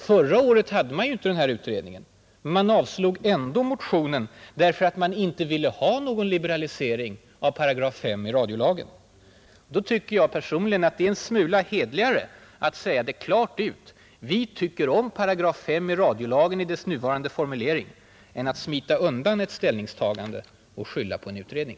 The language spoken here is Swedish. Förra året hade man inte denna utredning. Man avslog ändå motionen därför att man inte ville ha någon liberalisering av § 5 i radiolagen. Då tycker jag att det är en smula hederligare att säga klart ut att man tycker bra om § 5 i radiolagen i dess nuvarande formulering än att smita undan ett ställningstagande och skylla på en utredning.